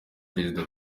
perezida